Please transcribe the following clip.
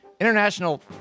International